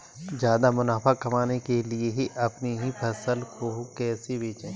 ज्यादा मुनाफा कमाने के लिए अपनी फसल को कैसे बेचें?